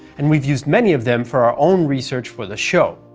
and we've used many of them for our own research for the show.